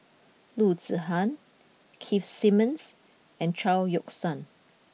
Loo Zihan Keith Simmons and Chao Yoke San